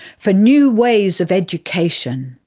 for new ways of education,